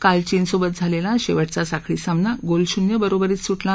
काल चीनसोबत झालेला शेवटचा साखळी सामना गोलशून्य बरोबरीत सुटला